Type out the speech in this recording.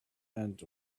and